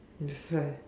that's why